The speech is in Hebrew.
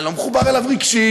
אני לא מחובר אליו רגשית.